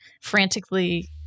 frantically